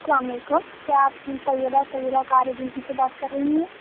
السّلام علیکم کیا آپ طیبہ طیبہ کار ایجنسی سے بات کر رہی ہوں